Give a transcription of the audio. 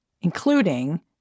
including